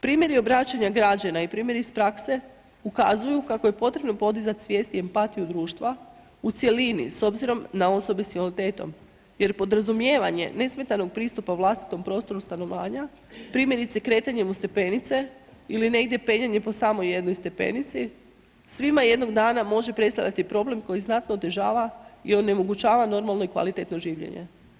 Primjeri obraćanja građana i primjeri iz prakse ukazuju kako je potrebno podizati svijest i empatiju društva u cjelini s obzirom na osobe sa invaliditetom jer podrazumijevanje nesmetanog pristupa vlastitom prostoru stanovanja, primjerice kretanjem uz stepenice ili negdje penjanje po samo jednoj stepenici, svima jednog dana može predstavljati problem koji znatno otežava i onemogućava normalno i kvalitetno življenje.